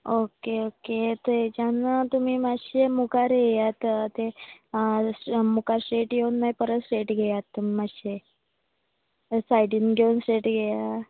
okay okay थंयच्यान तुमी मातशें मुखार येयात तें मुखार स्ट्रेट येवन परत मागीर स्ट्रेट तुमी मातशे त्याच सायडीन दोन स्ट्रेट येया